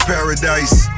Paradise